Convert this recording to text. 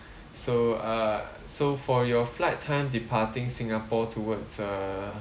so uh so for your flight time departing singapore towards err